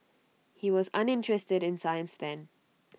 he was uninterested in science then